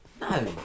No